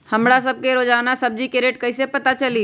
हमरा सब के रोजान सब्जी के रेट कईसे पता चली?